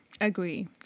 Agree